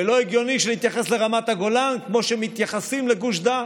ולא הגיוני שנתייחס לרמת הגולן כמו שמתייחסים לגוש דן.